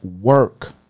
Work